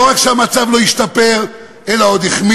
לא רק שהמצב לא השתפר, אלא הוא עוד החמיר.